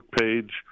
page